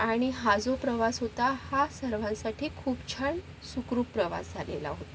आणि हा जो प्रवास होता हा सर्वांसाठी खूप छान सुखरूप प्रवास झालेला होता